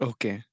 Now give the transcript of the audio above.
Okay